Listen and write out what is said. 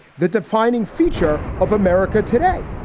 the defining feature of america today.